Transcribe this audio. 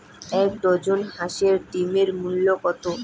এক ডজন হাঁসের ডিমের মূল্য কত?